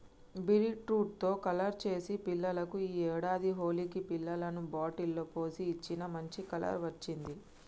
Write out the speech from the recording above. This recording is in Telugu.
బీట్రూట్ తో కలర్ చేసి పిల్లలకు ఈ ఏడాది హోలికి పిల్లలకు బాటిల్ లో పోసి ఇచ్చిన, మంచి కలర్ వచ్చింది